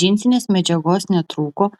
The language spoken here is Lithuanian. džinsinės medžiagos netrūko